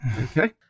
Okay